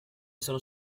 sono